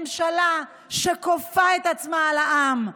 ממשלה שכופה את עצמה על העם,